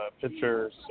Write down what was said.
pictures